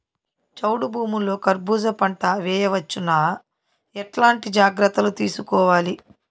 చౌడు భూముల్లో కర్బూజ పంట వేయవచ్చు నా? ఎట్లాంటి జాగ్రత్తలు తీసుకోవాలి?